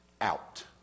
out